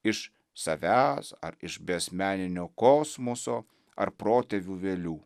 iš savęs ar iš beasmeninio kosmoso ar protėvių vėlių